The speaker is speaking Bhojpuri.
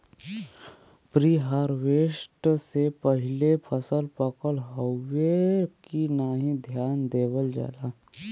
प्रीहार्वेस्ट से पहिले फसल पकल हउवे की नाही ध्यान देवल जाला